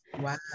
Wow